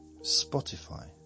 Spotify